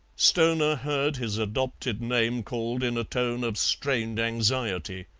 stoner heard his adopted name called in a tone of strained anxiety.